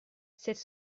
cette